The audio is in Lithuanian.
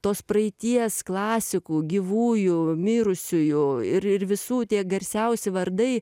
tos praeities klasikų gyvųjų mirusiųjų ir ir visų tie garsiausi vardai